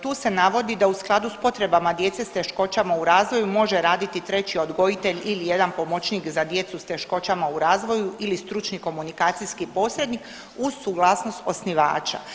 Tu se navodi da u skladu s potrebama djece s teškoćama u razvoju može raditi treći odgojitelj ili jedan pomoćnik za djecu s teškoćama u razvoju ili stručni komunikacijski posrednik uz suglasnost osnivača.